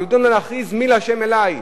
לימדו אותנו להכריז: מי לה' אלי.